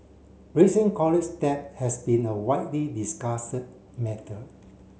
raising college debt has been a widely discussed matter